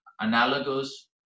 analogous